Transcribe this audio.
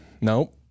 Nope